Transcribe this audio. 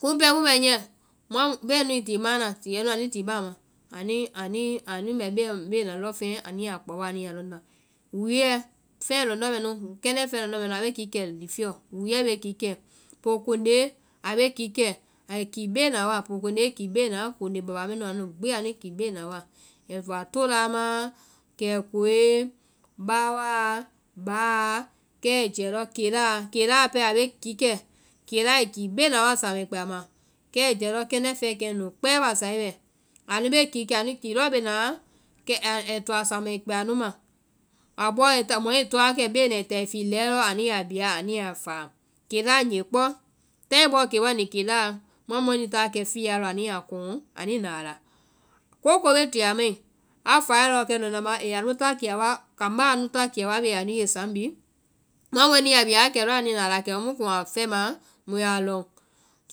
Kumu pɛɛ mu bɛ nyiɛ, muã tiɛɛ nu anuĩ ti baãma, anu bɛ beena lɔŋfeŋɛ anu ya a kpao wa anu ya a lɔŋnda. Wúuɛ feŋɛ lɔndɔ́ mɛ nu, kɛndɛ́ feŋɛ mɛ nu a bee kikɛ lifiɔ, wúuɛ be kikɛ, pookonde, a be kikɛ, ai kii bee na wa, pookonde i kii bee na, konde baba mɛ nunu ai ki bee na wa, ai va tólaa ma, kɛkoe, báwaa, báa, kɛ ai jɛɛ keláa, keláa pɛɛ be kikɛ, keláa ai kii bee na wa ai toa samai kpɛ. Kɛ ai jɛɛ lɔ kɛndɛ́ feŋɛ kɛ nu nu kpɛɛ basae bɛ wɛ, anu bee kikɛ anuĩ to lɔɔ bee na wa ai toa lɔ samaã i kpɛ anu ma. A bɔɔ ai ta, mɔɛ to bee na wa ai ta ai fii lɛɛ lɔ anu ya biya anui yaa faa. Keláa gee kpɔ, tai bɔɔ kewa ni keláa, muã mɔɛ nuĩ ta wa kɛ fiya lɔ anu yaa kɔhɔ anuĩ naa la, kooko be ti a mai, a fae lɔɔ kɛnu nama ee anu ta kiya wa- kambá a nu ta kiya wa bee anu ye saŋ bee, muã mɔɛ nu ya a biya wa kɛ lɔɔ anui na a la kɛmu mu yaa fɛma mu ya lɔŋ.